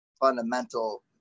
fundamental